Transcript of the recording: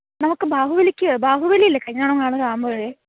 നമുക്ക് ബാഹുബലിക്ക് ബാഹുബലി അല്ലേ കഴിഞ്ഞ തവണ നമ്മൾ കാണാൻ പോയത്